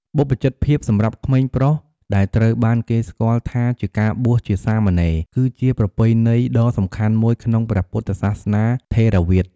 បព្វជិតភាពសម្រាប់ក្មេងប្រុស ដែលត្រូវបានគេស្គាល់ថាជាការបួសជាសាមណេរ គឺជាប្រពៃណីដ៏សំខាន់មួយក្នុងព្រះពុទ្ធសាសនាថេរវាទ។